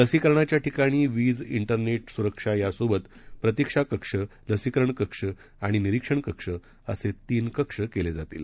लसीकरणाच्याठिकाणीवीज internet सुरक्षायासोबतप्रतिक्षाकक्ष लसीकरणकक्षआणिनिरीक्षणकक्षअसेतिनंकक्षकेलेजातील